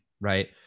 right